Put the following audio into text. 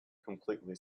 completely